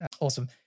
Awesome